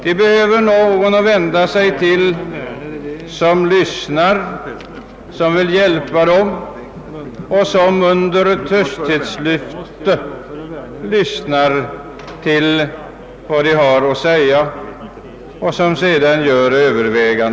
De behöver någon att vända sig till, som vill hjälpa dem och som under tysthetslöfte lyssnar till vad de har att säga för att sedan göra överväganden.